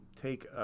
take